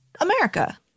America